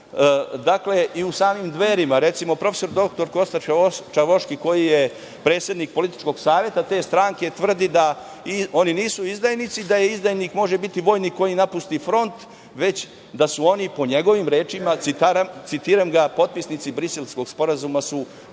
mišljenja i u samim Dverima. Recimo, prof. dr Kosta Čavoški, koji je predsednik političkog saveta te stranke, tvrdi da oni nisu izdajnici, da izdajnik može biti vojnik koji napusti front, već da su oni, po njegovim rečima, citiram ga – potpisnici Briselskog sporazuma su